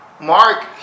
Mark